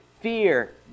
fear